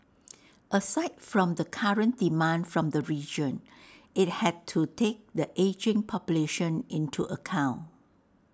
aside from the current demand from the region IT had to take the ageing population into account